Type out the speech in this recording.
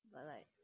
but like